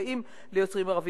מסייעים ליוצרים ערבים.